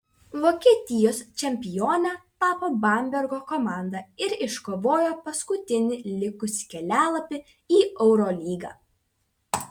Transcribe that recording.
vokietijos čempione tapo bambergo komanda ir iškovojo paskutinį likusį kelialapį į eurolygą